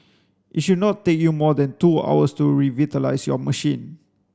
it should not take you more than two hours to revitalise your machine